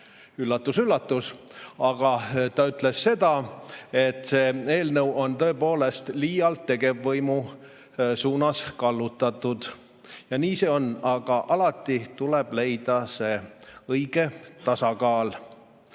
üllatus-üllatus! Aga ta ütles seda, et see eelnõu on tõepoolest liialt tegevvõimu suunas kallutatud, ja nii see on. Ent alati tuleb leida see õige tasakaal.